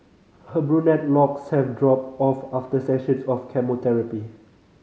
her brunette locks have dropped off after sessions of chemotherapy